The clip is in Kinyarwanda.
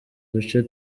duce